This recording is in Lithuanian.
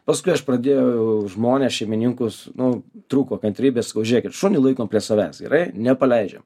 paskui aš pradėjau žmones šeimininkus nu trūko kantrybė sakau žiūrėkit šunį laikom prie savęs gerai nepaleidžiam